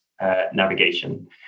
navigation